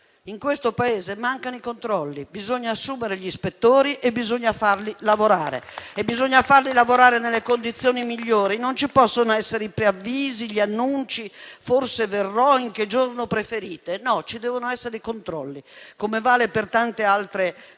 In questo Paese mancano i controlli. Bisogna assumere gli ispettori e bisogna farli lavorare. E bisogna farli lavorare nelle condizioni migliori. Non possono esserci preavvisi e annunci: forse verrò e, nel caso, in che giorno preferite? No, devono esserci i controlli, come vale per tante altre